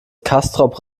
castrop